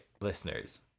listeners